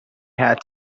had